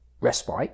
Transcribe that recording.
respite